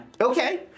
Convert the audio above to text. Okay